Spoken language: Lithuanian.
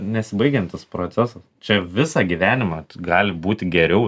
nesibaigiantis procesas čia visą gyvenimą gali būti geriau